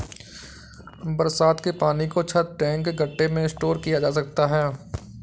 बरसात के पानी को छत, टैंक, गढ्ढे में स्टोर किया जा सकता है